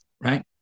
right